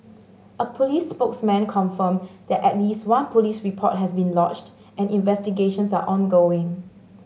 a police spokesman confirmed that at least one police report has been lodged and investigations are ongoing